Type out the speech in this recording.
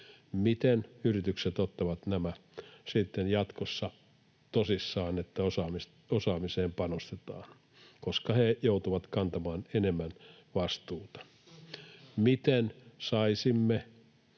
Miten yritykset ottavat jatkossa tosissaan sen, että osaamiseen panostetaan, kun he joutuvat kantamaan enemmän vastuuta? Miten saisimme